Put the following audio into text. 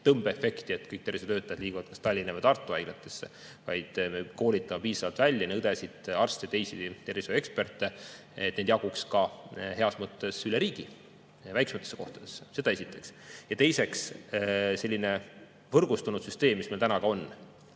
tõmbeefekti, et kõik tervisetöötajad liiguvad kas Tallinna või Tartu haiglatesse. Me koolitame piisavalt välja õdesid, arste ja teisi tervishoiueksperte, et neid jaguks heas mõttes üle riigi, ka väiksematesse kohtadesse. Seda esiteks. Ja teiseks, selline võrgustunud süsteem, mis meil täna on,